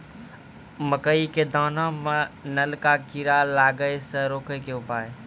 मकई के दाना मां नल का कीड़ा लागे से रोकने के उपाय?